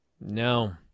No